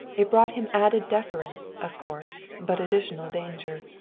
it brought him added deference, of course, but additional danger.